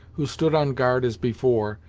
who stood on guard as before,